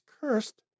cursed